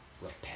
Repent